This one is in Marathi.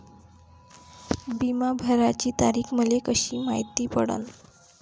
बिमा भराची तारीख मले कशी मायती पडन?